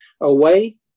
away